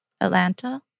Atlanta